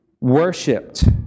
worshipped